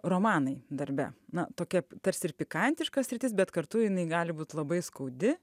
romanai darbe na tokia tarsi ir pikantiška sritis bet kartu jinai gali būt labai skaudi